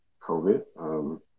COVID